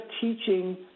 teaching